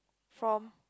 from